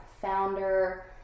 founder